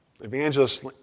Evangelists